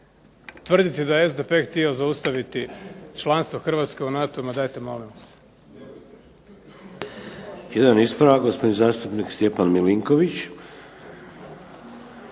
vrditi da je SDP htio zaustaviti članstvo Hrvatske u NATO, ma dajte molim vas.